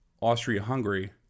Austria-Hungary